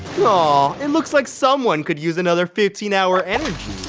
aww, it looks like someone could use another fifteen hour energy.